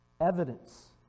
evidence